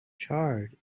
charred